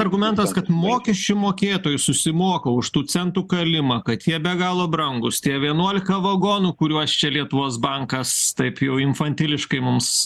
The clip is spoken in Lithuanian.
argumentas kad mokesčių mokėtojai susimoka už tų centų kalimą kad jie be galo brangūs tie vienuolika vagonų kuriuos čia lietuvos bankas taip jau infantiliškai mums